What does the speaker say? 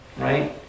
right